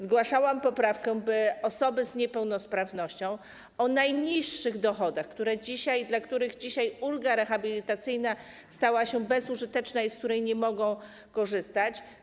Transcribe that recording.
Zgłaszałam poprawkę, by osoby z niepełnosprawnością o najniższych dochodach, dla których dzisiaj ulga rehabilitacyjna stała się bezużyteczna i które nie mogą z niej korzystać.